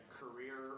career